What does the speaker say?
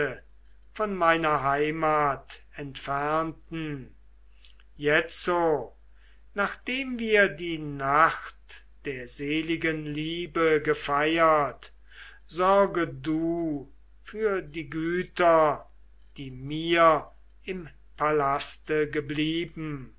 von meiner heimat entfernten jetzo nachdem wir die nacht der seligen liebe gefeiert sorge du für die güter die mir im palaste geblieben